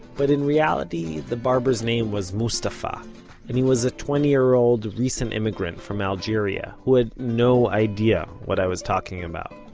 but in reality, the barber's name was mustafa and he was a twenty-year-old recent immigrant from algeria, who had no idea what i was talking about.